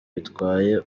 bitwaye